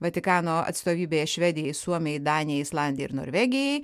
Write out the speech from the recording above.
vatikano atstovybėje švedijai suomijai danijai islandijai ir norvegijai